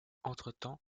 entretemps